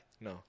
No